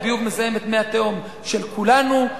הביוב מזהם את מי התהום של כולנו,